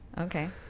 Okay